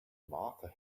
martha